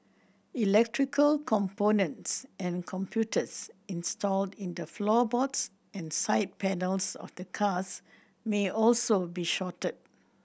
electrical components and computers installed in the floorboards and side panels of the cars may also be shorted